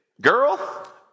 girl